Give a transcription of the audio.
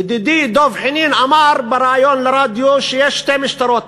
ידידי דב חנין אמר בריאיון לרדיו שיש שתי משטרות,